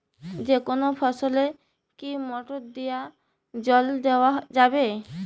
যেকোনো ফসলে কি মোটর দিয়া জল দেওয়া যাবে?